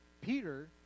Peter